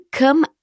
come